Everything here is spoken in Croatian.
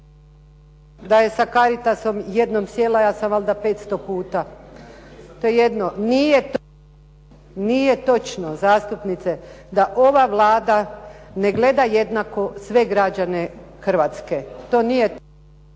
Da je sa "Caritasom" jedva sjela ja sam valjda 500 puta. To je jedno. Nije točno zastupnice da ova Vlada ne gleda jednako sve građane Hrvatske. socijalne